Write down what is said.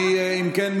אם כן,